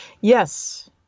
Yes